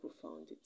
profound